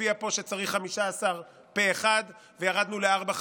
הופיע פה שצריך 15 פה אחד, וירדנו לארבע חמישיות,